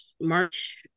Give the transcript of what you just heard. March